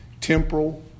temporal